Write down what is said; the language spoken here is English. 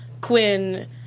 Quinn